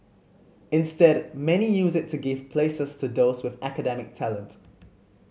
instead many use it to give places to those with academic talent